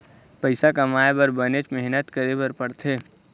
पइसा कमाए बर बनेच मेहनत करे बर पड़थे